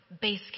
base